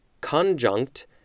conjunct